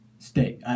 stay